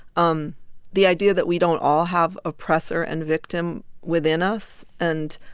um the idea that we don't all have oppressor and victim within us and,